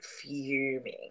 fuming